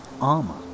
armor